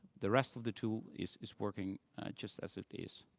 the rest of the tool is is working just as it is.